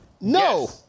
No